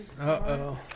Uh-oh